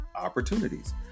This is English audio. opportunities